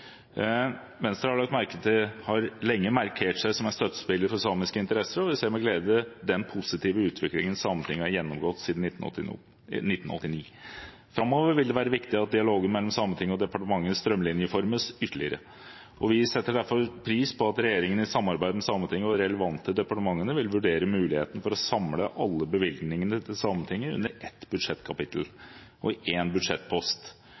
Venstre har lenge markert seg som en støttespiller for samiske interesser, og vi ser med glede på den positive utviklingen Sametinget har gjennomgått siden 1989. Framover vil det være viktig at dialogen mellom Sametinget og departementet strømlinjeformes ytterligere, og vi setter derfor pris på at regjeringen i samarbeid med Sametinget og de relevante departementene vil vurdere muligheten for å samle alle bevilgningene til Sametinget under ett budsjettkapittel og én budsjettpost.